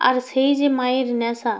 আর সেই যে মায়ের নেশা